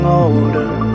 older